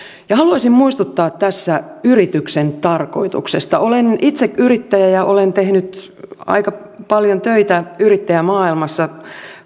haluaisin muistuttaa tässä yrityksen tarkoituksesta olen itse yrittäjä ja olen tehnyt aika paljon töitä yrittäjämaailmassa